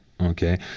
Okay